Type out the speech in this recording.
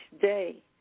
day